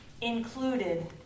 included